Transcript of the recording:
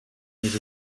his